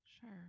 Sure